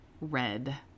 Red